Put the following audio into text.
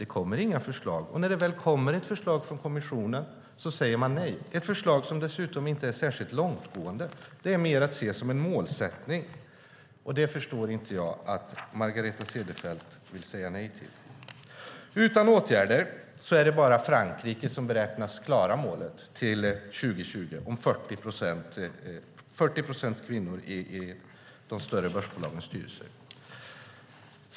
Det kommer inga förslag, och när det väl kommer ett förslag från kommissionen säger man nej, fast förslaget inte ens är särskilt långtgående utan mer att se som en målsättning. Jag förstår inte att Margareta Cederfelt vill säga nej till detta. Utan åtgärder är det bara Frankrike som beräknas klara målet om 40 procent kvinnor i de större börsbolagens styrelser till 2020.